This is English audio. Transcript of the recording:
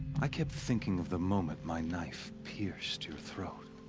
i kept thinking of the moment my knife pierced your throat.